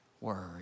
word